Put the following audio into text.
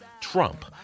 Trump